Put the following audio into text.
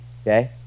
Okay